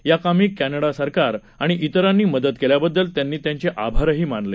याकामी कमडा सरकार आणि इतरांनी मदत केल्याबद्दल त्यांनी त्यांचे आभारही मानले